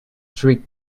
three